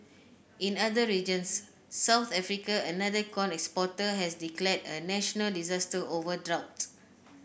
in other regions South Africa another corn exporter has declare a national disaster over drought